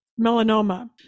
melanoma